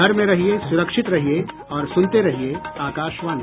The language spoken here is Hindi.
घर में रहिये सुरक्षित रहिये और सुनते रहिये आकाशवाणी